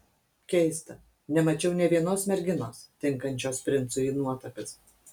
keista nemačiau nė vienos merginos tinkančios princui į nuotakas